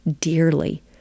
dearly